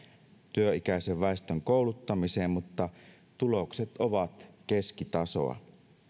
työikäisen väestön kouluttamiseen mutta tulokset ovat keskitasoa